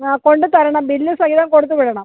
ആ കൊണ്ടത്തരണം ബില്ല് സഹിതം കൊടുത്ത് വിടണം